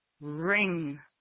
ring